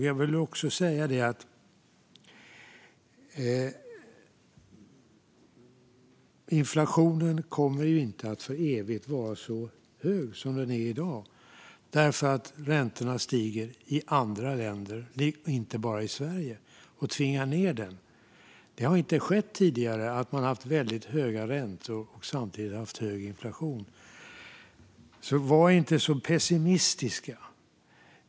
Jag vill också säga att inflationen inte för evigt kommer att vara så hög som den är i dag, eftersom räntorna stiger även i andra länder, inte bara i Sverige, och tvingar ned den. Det har inte skett tidigare att man haft väldigt höga räntor och samtidigt hög inflation. Var inte så pessimistiska!